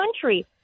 country